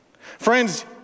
Friends